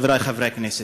חברי חברי הכנסת,